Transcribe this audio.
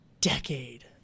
decade